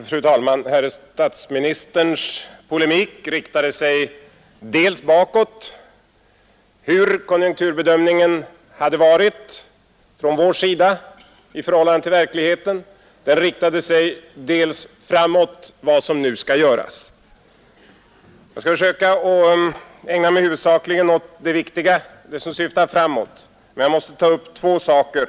Fru talman! Herr statsministerns polemik riktade sig dels bakåt, mot den konjunkturbedömning vi på vär sida gjorde och dess förhållande till verkligheten, dels framåt, mot vad som nu skall göras. Jag skall försöka att ägna mig huvudsakligen åt det viktiga, dvs. det som syftar framåt, men jag måste först ta upp två saker.